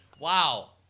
Wow